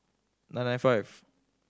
nine nine five